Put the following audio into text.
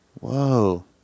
Whoa